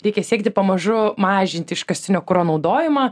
reikia siekti pamažu mažinti iškastinio kuro naudojimą